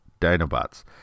Dinobots